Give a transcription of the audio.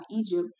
Egypt